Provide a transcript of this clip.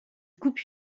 coupe